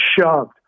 shoved